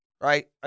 right